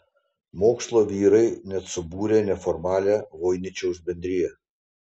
mokslo vyrai net subūrė neformalią voiničiaus bendriją